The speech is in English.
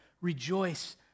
rejoice